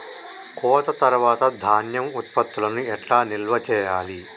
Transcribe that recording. కోత తర్వాత ధాన్యం ఉత్పత్తులను ఎట్లా నిల్వ చేయాలి?